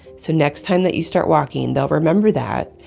so next time that you start walking, they'll remember that.